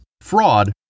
fraud